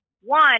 one